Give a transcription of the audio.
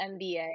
MBA